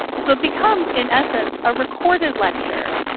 so it becomes, in essence, a recorded lecture,